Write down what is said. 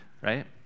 right